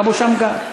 אבו שמגר.